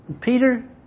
Peter